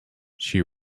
she